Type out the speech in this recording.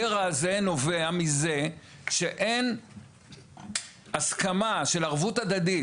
הקרע הזה נובע מזה שאין הסכמה של ערבות הדדית,